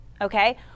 Okay